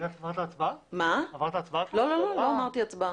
-- מבקשים התייעצות סיעתית.